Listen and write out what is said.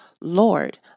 Lord